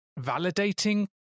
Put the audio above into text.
validating